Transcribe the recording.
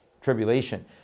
tribulation